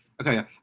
okay